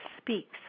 speaks